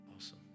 awesome